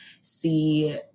see